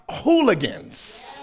hooligans